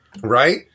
right